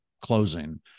closing